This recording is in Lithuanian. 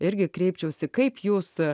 irgi kreipčiausi kaip jūs